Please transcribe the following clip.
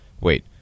Wait